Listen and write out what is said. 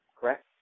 correct